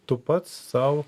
tu pats sau